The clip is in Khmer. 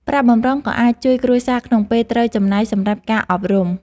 ប្រាក់បម្រុងក៏អាចជួយគ្រួសារក្នុងពេលត្រូវចំណាយសម្រាប់ការអប់រំ។